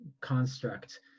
construct